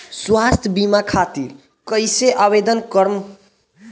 स्वास्थ्य बीमा खातिर कईसे आवेदन करम?